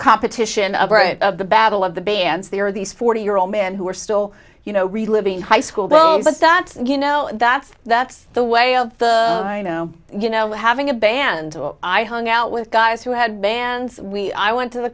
competition of the battle of the bands they are these forty year old man who are still you know reliving high school loans that's not you know that's that's the way of you know you know having a band i hung out with guys who had bands we i went to the